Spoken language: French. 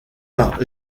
par